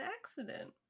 accident